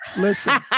listen